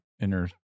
inner